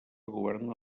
governa